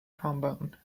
trombone